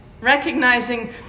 recognizing